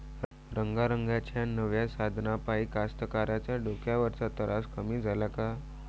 रंगारंगाच्या नव्या साधनाइपाई कास्तकाराइच्या डोक्यावरचा तरास कमी झाला का?